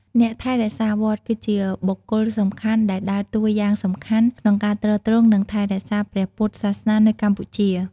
អ្នកថែរក្សាវត្ត គឺជាបុគ្គលសំខាន់ដែលដើរតួយ៉ាងសំខាន់ ក្នុងការទ្រទ្រង់ និងថែរក្សាព្រះពុទ្ធសាសនានៅកម្ពុជា។